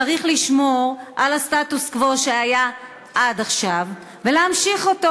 צריך לשמור על הסטטוס-קוו שהיה עד עכשיו ולהמשיך אותו.